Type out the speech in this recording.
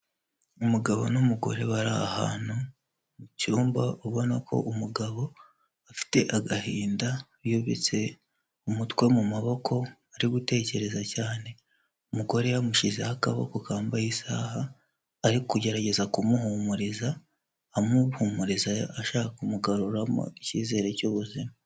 Imugabo n'umugore bari ahantu, mu cyumba ubona ko umugabo afite agahinda, yubitse umutwe mu maboko ari gutekereza cyane, umugore yamushyizeho akaboko kambaye isaha, ari kugerageza kumuhumuriza, amuhumuriza ashaka kumugaruramo icyizere cy'ubuzima.